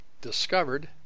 discovered